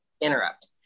interrupt